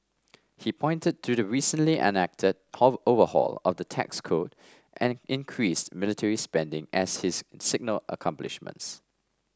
he pointed to the recently enacted overhaul of the tax code and increased military spending as his signal accomplishments